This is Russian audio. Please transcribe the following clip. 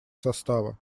состава